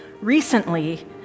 Recently